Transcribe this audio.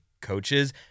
coaches